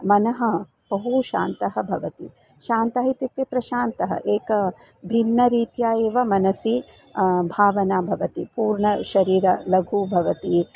मनः बहु शान्तः भवति शान्तः इत्युक्ते प्रशान्तः एकं भिन्नरीत्या एव मनसि भावनां भवति पूर्ण शरीरः लघु भवति